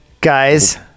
Guys